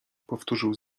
powtórzył